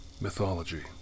mythology